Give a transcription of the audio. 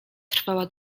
trwała